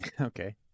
Okay